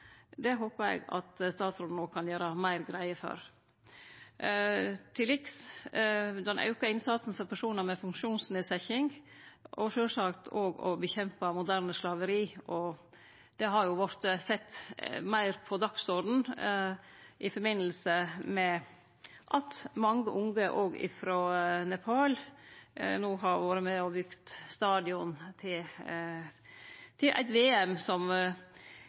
Det håpar eg at statsråden no kan gjere meir greie for. Til liks: Den auka innsatsen for personar med funksjonsnedsetjing og sjølvsagt det å kjempe mot moderne slaveri har vorte sett meir på dagsordenen i samband med at mange unge òg frå Nepal no har vore med og bygt stadion til eit VM som